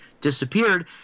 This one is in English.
disappeared